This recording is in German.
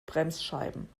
bremsscheiben